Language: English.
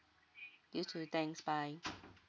you too thanks bye